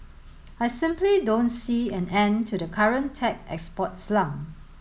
I simply don't see an end to the current tech export slump